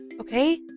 okay